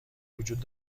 وجود